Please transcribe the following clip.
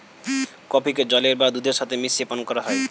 কফিকে জলের বা দুধের সাথে মিশিয়ে পান করা হয়